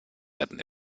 retten